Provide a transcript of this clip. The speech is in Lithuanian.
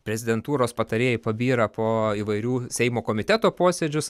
prezidentūros patarėjai pabyra po įvairių seimo komiteto posėdžius